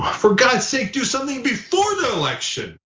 for god's sake, do something before the election,